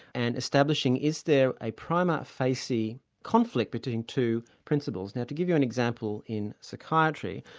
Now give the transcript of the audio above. and establishing is there a prima facie conflict between two principles. now to give you an example in psychiatry,